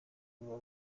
baba